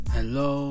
Hello